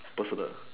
personal